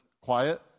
quiet